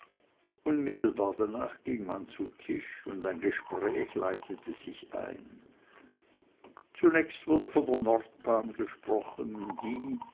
unmittelbar danach ging man zu tisch und ein gespräch leitete sich ein zunächst wurde von der nordbahn gesprochen die